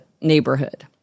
neighborhood